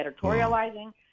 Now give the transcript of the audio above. editorializing